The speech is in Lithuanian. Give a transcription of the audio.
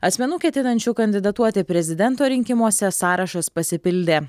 asmenų ketinančių kandidatuoti prezidento rinkimuose sąrašas pasipildė